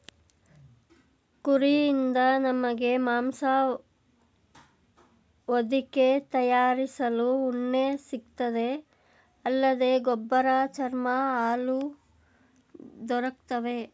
ಕುರಿಯಿಂದ ನಮಗೆ ಮಾಂಸ ಹೊದಿಕೆ ತಯಾರಿಸಲು ಉಣ್ಣೆ ಸಿಗ್ತದೆ ಅಲ್ಲದೆ ಗೊಬ್ಬರ ಚರ್ಮ ಹಾಲು ದೊರಕ್ತವೆ